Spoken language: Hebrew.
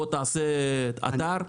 בוא תעשה אתר?